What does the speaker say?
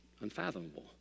unfathomable